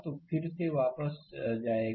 तो फिर से वापस जाएगा